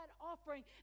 offering